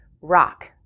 rock